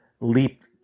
leap